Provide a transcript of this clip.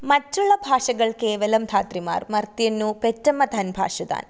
മറ്റുള്ള ഭാഷകള് കേവലം ധാത്രിമാര് മര്ത്ത്യന്നു പെറ്റമ്മ തന് ഭാഷ താന്